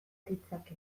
ditzake